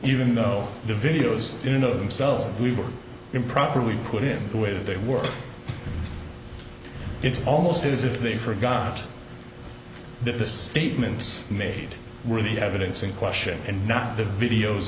even though the videos in and of themselves we were improperly put in the way they were it's almost as if they forgot that the statements made were the evidence in question and not the videos